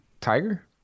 Tiger